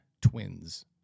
twins